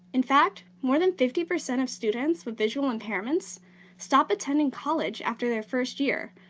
in fact, more than fifty percent of students with visual impairments stop attending college after their first year,